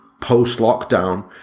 post-lockdown